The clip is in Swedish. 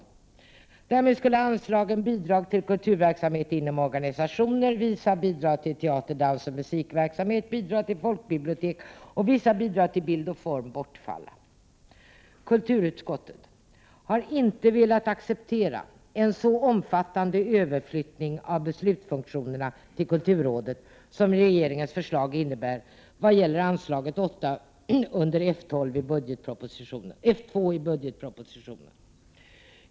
Därmed skulle anslagen Bidrag till kulturverksamhet inom organisationer, Vissa bidrag till teater-, dansoch musikverksamhet, Bidrag till folkbibliotek och Vissa bidrag till bild och form bortfalla. Kulturutskottet har inte accepterat en så omfattande överflyttning av beslutsfunktionerna till kulturrådet som regeringens förslag innebär vad gäller anslaget 8 under F 2 i budgetpropositionen.